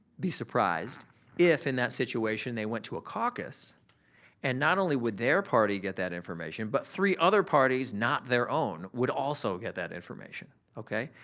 be surprised if in that situation they went to a caucus and not only would their party get that information but three other parties not their own would also get that information, okay?